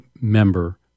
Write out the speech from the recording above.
member